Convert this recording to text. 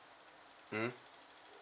mm